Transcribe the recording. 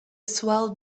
swell